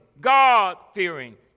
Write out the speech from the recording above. God-fearing